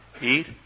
Eat